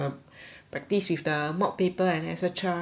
practice with the mock paper and the et cetera